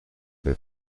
per